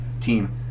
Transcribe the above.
team